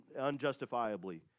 unjustifiably